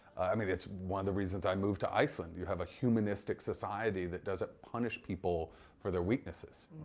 i mean it's one of the reasons i moved to iceland. you have a humanistic society that doesn't punish people for their weaknesses.